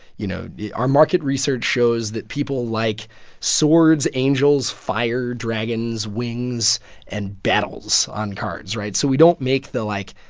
you know our market research shows that people like swords, angels, fire, dragons, wings and battles on cards, right? so we don't make the, like,